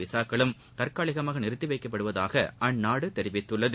விசாக்களும் தற்காலிகமாக நிறுத்தி வைக்கப்படுவதாக அந்நாடு தெரிவித்துள்ளது